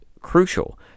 crucial